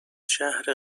شهر